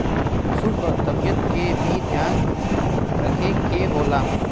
पसु क तबियत के भी ध्यान रखे के होला